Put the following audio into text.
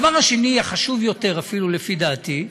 הדבר השני, החשוב יותר אפילו, לפי דעתי,